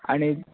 आनीक